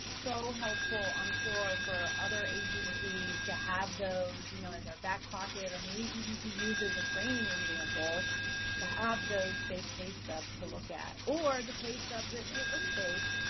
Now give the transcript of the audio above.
so helpful, i'm sure, for other agencies to have those, you know, in their back pocket. or, maybe even to use as a training example to have those fake pay stubs to look at or the pay stubs that may look fake,